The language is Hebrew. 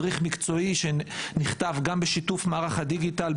מדריך מקצועי שנכתב גם בשיתוף מערך הדיגיטל,